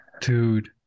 Dude